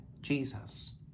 Jesus